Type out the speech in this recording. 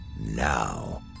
Now